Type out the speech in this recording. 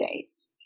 days